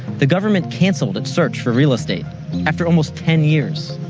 the government cancelled its search for real estate after almost ten years.